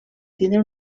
tindre